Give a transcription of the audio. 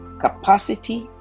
capacity